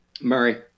Murray